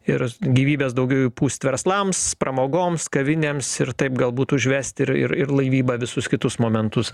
ir gyvybės daugiau įpūst verslams pramogoms kavinėms ir taip galbūt užvesti ir ir laivybą visus kitus momentus